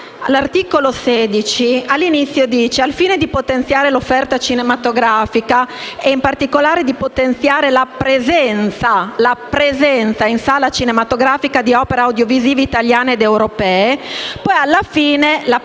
infatti, all’inizio recita: «Al fine di potenziare l’offerta cinematografica e in particolare di potenziare la presenza in sala cinematografica di opere audiovisive italiane ed europee, agli esercenti